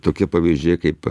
tokie pavyzdžiai kaip